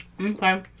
Okay